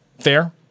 fair